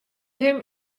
him